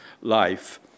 life